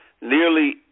nearly